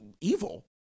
evil